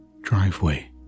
driveway